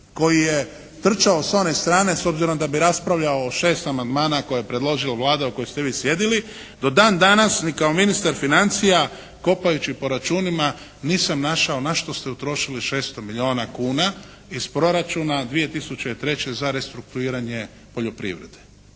koji je trčao s one strane s obzirom da bi raspravljao o šest amandmana koje je predložila Vlada u kojoj ste vi sjedili, do dan danas kao ministar financija, kopajući po računima nisam našao na što ste utrošili 600 milijuna kuna iz proračuna 2003. za restrukturiranje poljoprivrede.